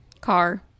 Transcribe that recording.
car